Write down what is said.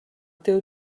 teu